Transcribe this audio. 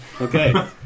Okay